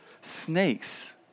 snakes